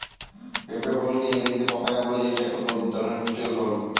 পেঁপে ফলকে ইংরেজিতে পাপায়া বলে যেইটা এক ধরনের পুষ্টিকর ফল